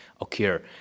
occur